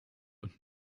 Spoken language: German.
und